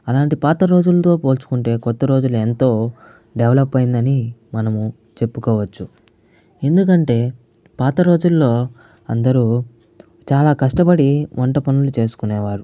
అలాంటి పాత రోజులతో పోల్చుకుంటే కొత్త రోజులు ఎంతో డెవలప్ అయ్యిందని మనము చెప్పుకోవచ్చు ఎందుకంటే పాతరోజుల్లో అందరు చాలా కష్టపడి వంట పనులు చేసుకునేవారు